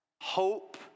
hope